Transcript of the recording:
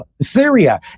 Syria